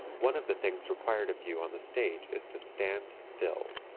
one of the things required of you on the stage is to stand still.